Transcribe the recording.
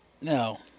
No